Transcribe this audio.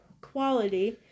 Quality